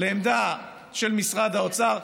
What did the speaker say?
לעמדה של משרד האוצר,